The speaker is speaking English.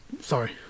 Sorry